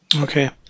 Okay